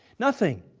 nothing.